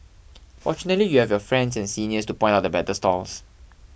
fortunately you have your friends and seniors to point out the better stalls